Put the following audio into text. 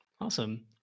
awesome